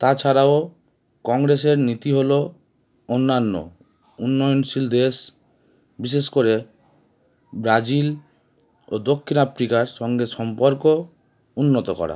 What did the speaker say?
তাছাড়াও কংগ্রেসের নীতি হলো অন্যান্য উন্নয়নশীল দেশ বিশেষ করে ব্রাজিল ও দক্ষিণ আফ্রিকার সঙ্গে সম্পর্ক উন্নত করা